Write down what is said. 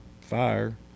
fire